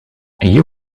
you